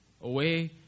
away